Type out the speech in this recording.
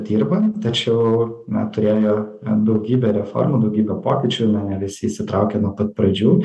dirba tačiau turėjo daugybę reformų daugybę pokyčių na nevisi įsitraukė nuo pat pradžių